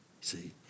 see